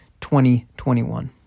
2021